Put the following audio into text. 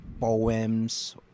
poems